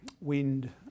wind